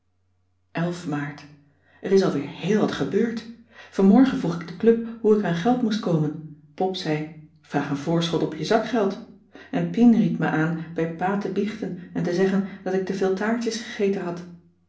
maart er is al weer heel wat gebeurd vanmorgen vroeg ik de club hoe ik aan geld moest komen pop zei vraag een voorschot op je zakgeld en pien ried me aan bij pa te biechten en te zeggen dat ik te veel taartjes gegeten had